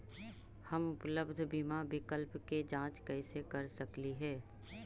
हम उपलब्ध बीमा विकल्प के जांच कैसे कर सकली हे?